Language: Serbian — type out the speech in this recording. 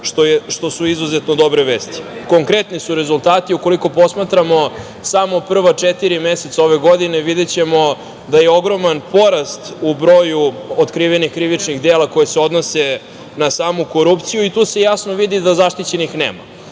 što su izuzetno dobro vesti. Konkretni su rezultati. Ukoliko posmatramo samo prva četiri meseca ove godine, videćemo da je ogroman porast u broju otkrivenih krivičnih dela koja se odnose na samu korupciju i tu se jasno vidi da zaštićenih nema.